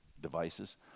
devices